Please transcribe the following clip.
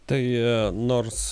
tai nors